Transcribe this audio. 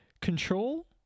control